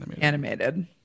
Animated